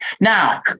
Now